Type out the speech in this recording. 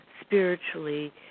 spiritually